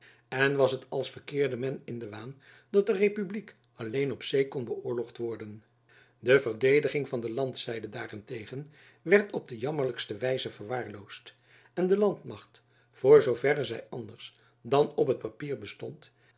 en was het als verkeerde men in den waan dat de republiek alleen op zee kon beöorloogd worden de verdediging van de landzijde daarentegen werd op de jammerlijkste wijze verwaarloosd en de landmacht voor zoo verre zy anders dan op t papier bestond